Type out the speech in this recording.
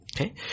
Okay